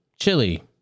chili